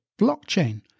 blockchain